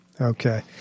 Okay